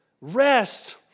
Rest